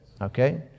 Okay